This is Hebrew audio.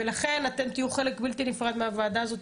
ולכן אתם תהיו חלק בלתי נפרד מהוועדה הזאת.